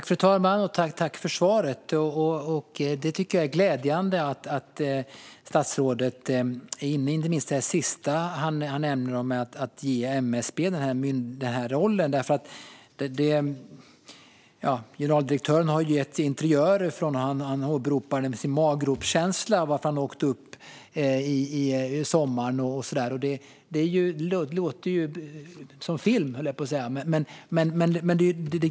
Fru talman! Jag tackar för svaret. Jag tycker att det statsrådet säger är glädjande, inte minst det sista han nämnde om att ge MSB den rollen. Generaldirektören har gett interiörer, och han åberopar sin maggropskänsla som anledning till att han åkte upp i somras. Det låter ju som på film, höll jag på att säga.